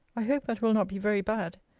i hope that will not be very bad!